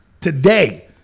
Today